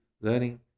learning